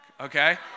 Okay